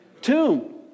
Tomb